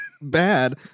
bad